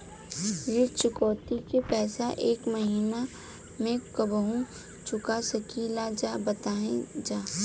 ऋण चुकौती के पैसा एक महिना मे कबहू चुका सकीला जा बताईन जा?